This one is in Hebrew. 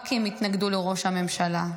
רק כי הם התנגדו לראש הממשלה.